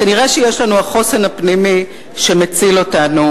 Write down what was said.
כנראה יש לנו החוסן הפנימי שמציל אותנו